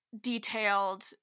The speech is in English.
detailed